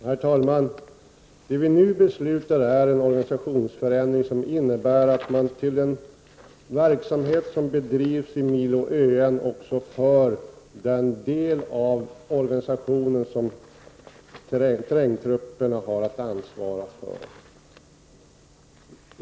Herr talman! Det som vi nu skall fatta beslut om gäller en organisationsförändring som innebär att man till den verksamhet som bedrivs i milo ÖN också för den del av organisationen som trängtrupperna har att ansvara för.